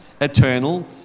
eternal